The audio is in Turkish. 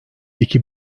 iki